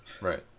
Right